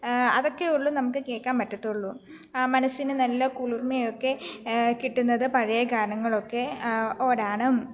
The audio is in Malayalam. അതൊക്കെയെയുള്ളു നമുക്ക് കേൾക്കാൻ പമ്പത്തുള്ളു മനസിന് നല്ല കുളിർമയൊക്കെ കിട്ടുന്നത് പഴയ ഗാനങ്ങളൊക്കെ ഓടാണും